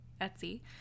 Etsy